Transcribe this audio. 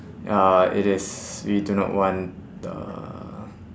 uh it is we do not want the